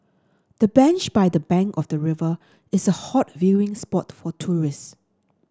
the bench by the bank of the river is a hot viewing spot for tourists